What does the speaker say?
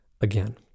again